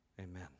Amen